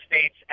States